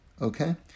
okay